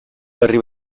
herri